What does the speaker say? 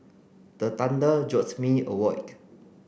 the thunder jolts me awake